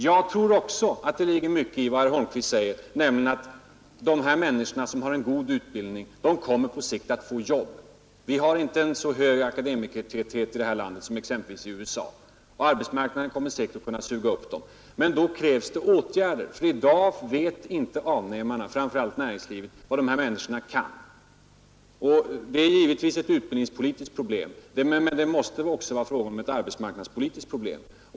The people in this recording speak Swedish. Jag tror att det ligger mycket i vad herr Holmqvist säger om att de människor som har en god utbildning på sikt kommer att få jobb. Vi har i detta land inte en så hög akademikertäthet som i t.ex. USA, och arbetsmarknaden kommer säkerligen att kunna suga upp akademikerna. Men härför krävs åtgärder, ty i dag vet inte avnämarna, framför allt näringslivet, vad dessa ungdomar kan. Detta är givetvis ett utbildningspolitiskt problem, men det måste också vara ett arbetsmarknadspolitiskt problem.